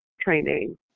training